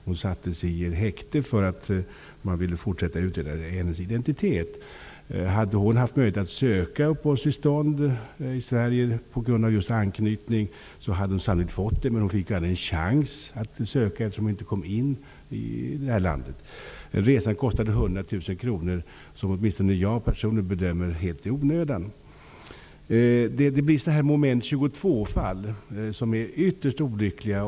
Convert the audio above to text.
Hon sattes i häkte, eftersom man ville fortsätta att utreda hennes identitet. Om hon hade haft möjlighet att söka uppehållstillstånd i Sverige på grund av anknytning till sin svenska make hade hon sannolikt fått det. Men hon fick aldrig en chans att söka, eftersom hon inte kom in i sitt hemland. Resan kostade 100 000 kr. Åtminstone jag bedömer det som att den skedde helt i onödan. Fall av moment 22 uppstår. Det är ytterst olyckligt.